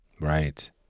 Right